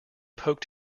poked